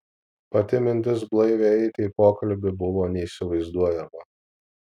pati mintis blaiviai eiti į pokalbį buvo neįsivaizduojama